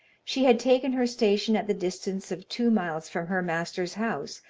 she had taken her station at the distance of two miles from her master's house,